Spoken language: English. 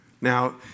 Now